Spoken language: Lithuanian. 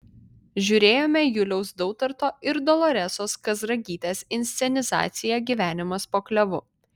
žiūrėjome juliaus dautarto ir doloresos kazragytės inscenizaciją gyvenimas po klevu